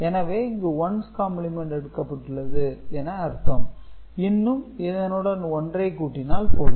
எனவே இங்கு ones complement எடுக்கப்பட்டுள்ளது என அர்த்தம் இன்னும் இதனுடன் ஒன்றை கூட்டினால் போதும்